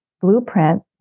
Blueprint